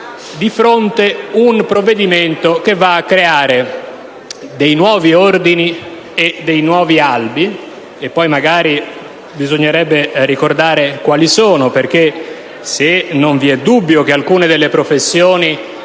di fronte ad un provvedimento che va a creare dei nuovi ordini e dei nuovi albi (poi magari bisognerebbe ricordare quali sono, perché se non vi è dubbio che alcune delle professioni